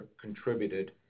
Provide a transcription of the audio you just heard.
contributed